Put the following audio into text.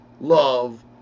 love